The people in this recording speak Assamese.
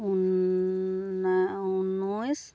ঊনা ঊনৈছ